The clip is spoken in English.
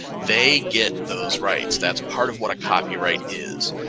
they get those rights. that's part of what a copyright is.